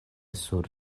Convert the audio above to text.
sur